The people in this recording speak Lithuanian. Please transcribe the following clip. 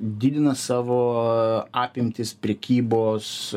didina savo apimtis prekybos